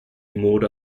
mode